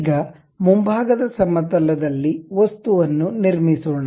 ಈಗ ಮುಂಭಾಗದ ಸಮತಲ ದಲ್ಲಿ ವಸ್ತುವನ್ನು ನಿರ್ಮಿಸೋಣ